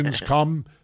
come